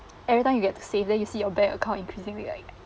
every time you get to save then you see your bank account increasing you like